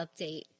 update